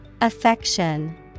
Affection